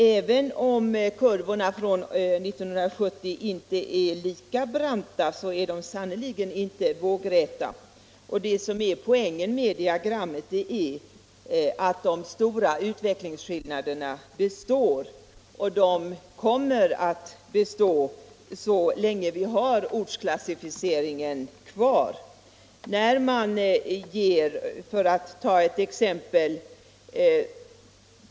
Även om kurvorna 1970-1973 inte är lika branta, är de sannerligen inte vågräta. Poängen med diagrammet är att de stora utvecklingsskillnaderna består, och de kommer att bestå så länge vi har ortsklassificeringen kvar. Låt mig ta ett exempel.